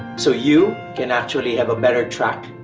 so, you can actually have a better track.